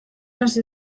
hasi